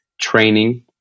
training